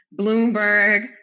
Bloomberg